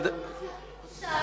איך אפשר,